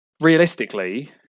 realistically